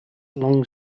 along